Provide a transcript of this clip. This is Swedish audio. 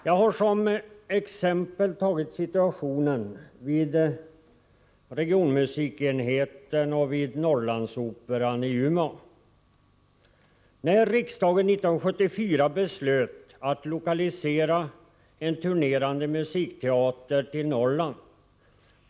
Jag har som exempel nämnt situationen vid regionmusikenheten och vid Norrlandsoperan i Umeå. Riksdagen beslöt 1974 att lokalisera en turnerande musikteater till Norrland.